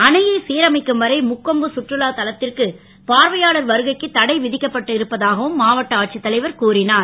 அணையை சிரமைக்கும் வரை முக்கொம்பு சுற்றுலா தலத் ற்கு பார்வையாளர் வருகைக்கு தடை வி க்கப்பட்டு இருப்பதாகவும் மாவட்ட ஆட்சித் தலைவர் கூறினார்